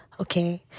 Okay